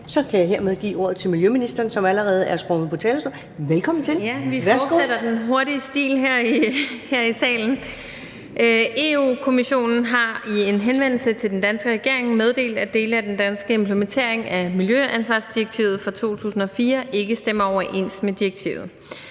kan jeg hermed give ordet til miljøministeren, som allerede er sprunget her op på talerstolen. Velkommen til. Kl. 13:18 Miljøministeren (Lea Wermelin): Vi fortsætter med den hurtige stil her i salen. Europa-Kommissionen har i en henvendelse til den danske regering meddelt, at dele af den danske implementering af miljøansvarsdirektivet fra 2004 ikke stemmer overens med direktivet.